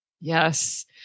Yes